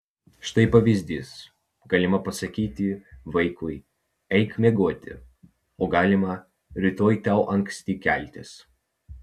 štai pavyzdys galima pasakyti vaikui eik miegoti o galima rytoj tau anksti keltis